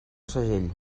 segell